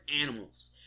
animals